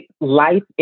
life